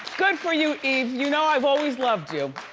good for you, eve, you know i've always loved you.